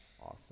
Awesome